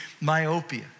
myopia